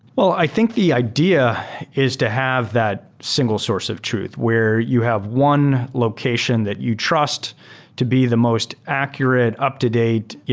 well, i think the idea is to have that single source of truth where you have one location that you trust to be the most accurate, up-to-date,